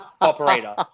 operator